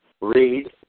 Read